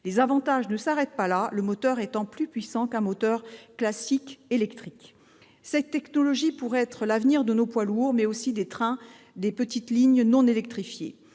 Les avantages ne s'arrêtent pas là, le moteur étant plus puissant qu'un moteur classique électrique. Cette technologie pourrait être l'avenir de nos poids lourds, mais aussi des trains fonctionnant sur des petites lignes non électrifiées.